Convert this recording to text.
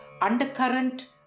undercurrent